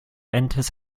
enters